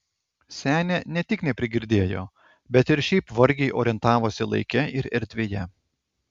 senė ne tik neprigirdėjo bet ir šiaip vargiai orientavosi laike ir erdvėje